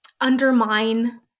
Undermine